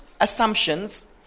assumptions